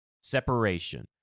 separation